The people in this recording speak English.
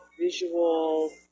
visual